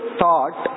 thought